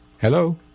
Hello